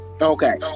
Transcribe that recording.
Okay